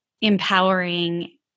empowering